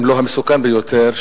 אם לא המסוכן ביותר,